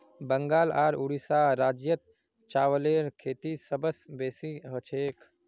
बंगाल आर उड़ीसा राज्यत चावलेर खेती सबस बेसी हछेक